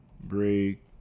break